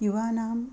युवानां